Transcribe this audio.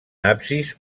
absis